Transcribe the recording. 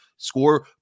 Score